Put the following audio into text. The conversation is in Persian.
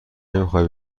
نمیخوای